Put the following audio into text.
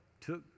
took